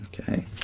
okay